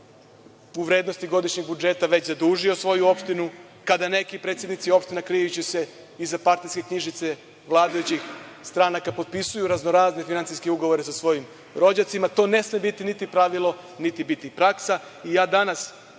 u vrednosti godišnjeg budžeta zadužio svoju opštinu, kada neki predsednici opština krijući se iza partijske knjižice vladajućih stranaka potpisuju razne finansijske ugovore sa svojim rođacima, to ne sme biti pravilo, niti biti praksa. Ja